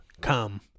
Come